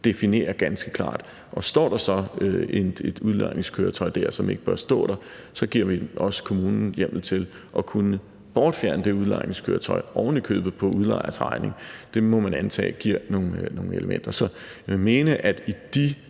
definere ganske klart. Og står der så et udlejningskøretøj dér, som ikke bør stå der, så giver vi også kommunen hjemmel til at kunne bortfjerne det udlejningskøretøj, ovenikøbet for udlejers regning. Det må man antage giver nogle muligheder. Så jeg vil mene, at med